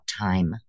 time